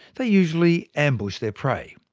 they usually ambush their prey.